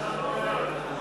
אי-אמון בממשלה לא